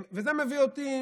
וזה מביא אותי